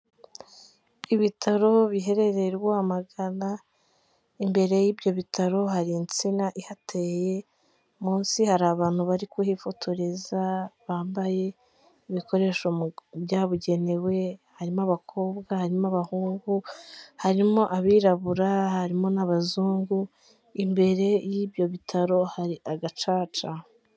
Ibitaro biherereye Rwamagana. Imbere y'ibyo bitaro hari insina ihateye. Munsi hari abantu bari kuhifotoreza bambaye ibikoresho byabugenewe. Harimo abakobwa, harimo abahungu, harimo abirabura, harimo n'abazungu. Imbere y'ibyo bitaro, hari agacaca.